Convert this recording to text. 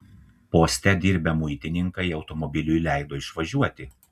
poste dirbę muitininkai automobiliui leido išvažiuoti